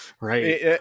right